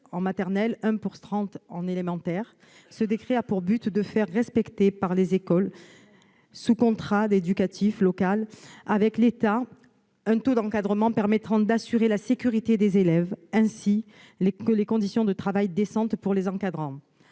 pour trente enfants en élémentaire. Ce décret a pour but de faire respecter par les écoles sous contrat éducatif local avec l'État un taux d'encadrement permettant d'assurer la sécurité des élèves, ainsi que des conditions de travail décentes pour les encadrants.